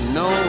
no